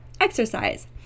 exercise